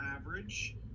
average